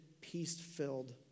peace-filled